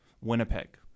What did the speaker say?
Winnipeg